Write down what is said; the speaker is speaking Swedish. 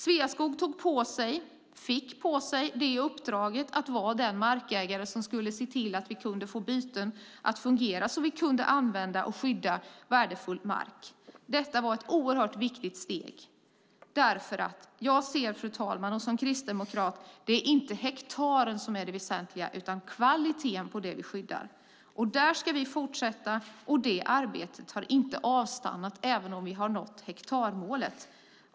Sveaskog fick uppdraget att vara den markägare som skulle se till att vi kunde få byten att fungera så att vi kunde använda och skydda värdefull mark. Det var ett oerhört viktigt steg. Som kristdemokrat anser jag att det inte är hektaren som är det väsentliga utan kvaliteten på det vi skyddar. Där ska vi fortsätta. Det arbetet har inte avstannat, även om vi har nått hektarmålet.